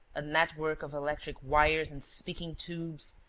a network of electric wires and speaking-tubes,